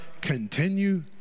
continue